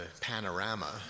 panorama